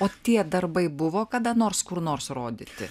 o tie darbai buvo kada nors kur nors rodyti